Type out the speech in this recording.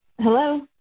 Hello